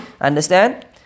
Understand